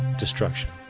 destruction.